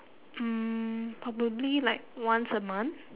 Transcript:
mm probably like once a month